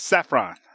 Saffron